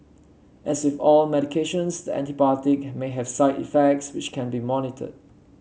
as with all medications the antibiotic may have side effects which can be monitored